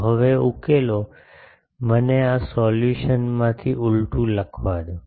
તો હવે આ ઉકેલો મને આ સોલ્યુશનથી ઉલટું લખવા દો